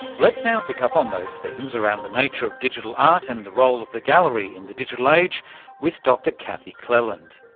let's now pick up on those themes around the nature of digital art and the role of the gallery in the digital age with dr kathy cleland,